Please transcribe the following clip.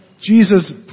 Jesus